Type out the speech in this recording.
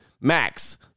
max